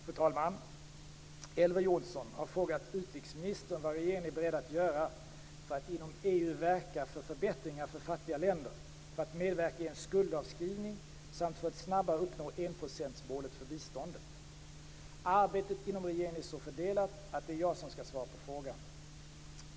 Fru talman! Elver Jonsson har frågat utrikesministern vad regeringen är beredd att göra för att inom EU verka för förbättringar för fattiga länder, för att medverka i en skuldavskrivning samt för att snabbare uppnå enprocentsmålet för biståndet. Arbetet inom regeringen är så fördelat att det är jag som skall svara på frågorna.